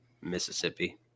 Mississippi